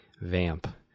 vamp